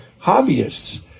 hobbyists